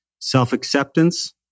self-acceptance